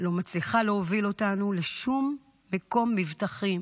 לא מצליחה להוביל אותנו לשום מקום מבטחים,